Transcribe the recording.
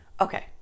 okay